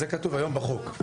זה כתוב היום בחוק.